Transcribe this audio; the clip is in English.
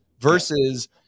versus